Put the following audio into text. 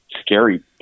scary